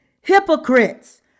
Hypocrites